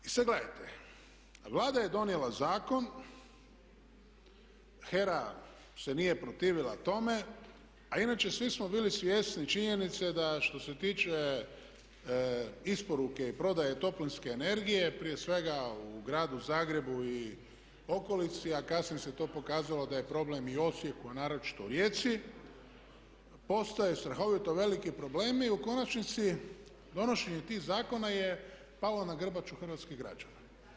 I sada gledajte, Vlada je donijela zakon, HERA se nije protivila tome a inače svi smo bili svjesni činjenice da što se tiče isporuke i prodaje toplinske energije prije svega u gradu Zagrebu i okolici a kasnije se to pokazalo da je problem i u Osijeku a naročito u Rijeci, postaje strahovito veliki problemi, u konačnici donošenje tih zakona je palo na grbaču hrvatskih građana.